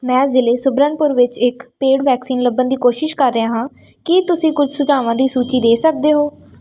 ਮੈਂ ਜ਼ਿਲ੍ਹੇ ਸੁਬਰਨਪੁਰ ਵਿੱਚ ਇੱਕ ਪੇਡ ਵੈਕਸੀਨ ਲੱਭਣ ਦੀ ਕੋਸ਼ਿਸ਼ ਕਰ ਰਿਹਾ ਹਾਂ ਕੀ ਤੁਸੀਂ ਕੁਝ ਸੁਝਾਵਾਂ ਦੀ ਸੂਚੀ ਦੇ ਸਕਦੇ ਹੋ